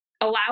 allow